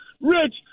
Rich